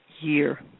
Year